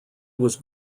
was